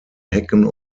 hecken